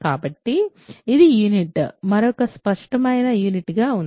కాబట్టి ఇది యూనిట్ మరొక స్పష్టమైన యూనిట్ గా ఉంది